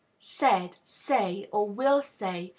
said, say, or will say,